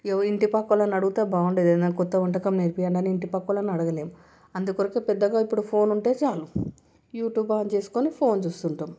ఇదిగో ఇంటి పక్కన వాళ్ళని అడిగితే బాగుండదు ఏదైనా కొత్త వంటకం నేర్పించండి అని ఇంటి పక్కన వాళ్లని అడగలేం అందుకొరకు పెద్దగా ఇప్పుడు ఫోన్ ఉంటే చాలు యూట్యూబ్ ఆన్ చేసుకుని ఫోన్ చూస్తుంటాం